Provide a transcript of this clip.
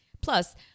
Plus